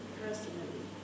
personally